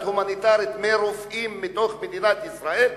הומינטרית של רופאים מתוך מדינת ישראל,